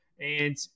And-